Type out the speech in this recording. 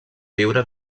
viure